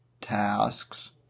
tasks